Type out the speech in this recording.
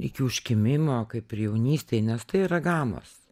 iki užkimimo kaip ir jaunystėj nes tai yra gamos